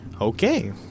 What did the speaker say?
Okay